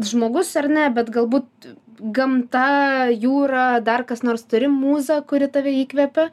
žmogus ar ne bet galbūt gamta jūra dar kas nors turi mūzą kuri tave įkvepia